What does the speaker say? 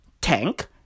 Tank